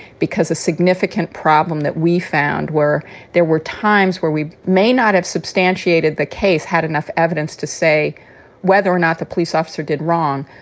because a significant problem that we found where there were times where we may not have substantiated the case, had enough evidence to say whether or not the police officer did wrong.